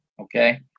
okay